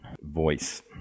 voice